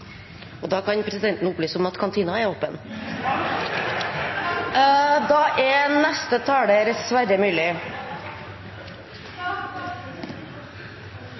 og jeg er sulten. Da kan presidenten opplyse om at kantina er åpen! Da er neste taler Sverre Myrli.